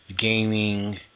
gaming